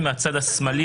שוויון הזדמנויות,